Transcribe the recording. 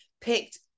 picked